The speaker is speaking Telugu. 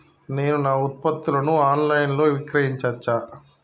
నేను నా ఉత్పత్తులను ఆన్ లైన్ లో విక్రయించచ్చా?